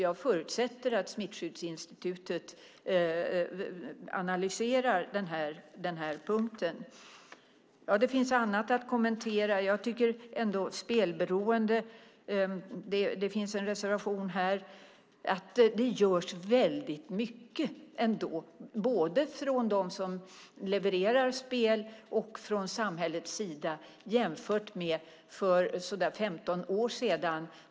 Jag förutsätter att Smittskyddsinstitutet analyserar den här punkten. Det finns annat att kommentera. Det finns en reservation om spelberoende. Jag tycker att det ändå görs väldigt mycket, både från dem som tillhandahåller spel och från samhällets sida, jämfört med hur det var för omkring 15 år sedan.